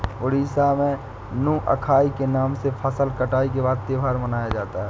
उड़ीसा में नुआखाई के नाम से फसल कटाई के बाद त्योहार मनाया जाता है